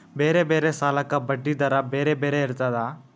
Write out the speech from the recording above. ಬೇರೆ ಬೇರೆ ಸಾಲಕ್ಕ ಬಡ್ಡಿ ದರಾ ಬೇರೆ ಬೇರೆ ಇರ್ತದಾ?